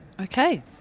Okay